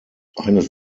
eines